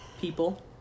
people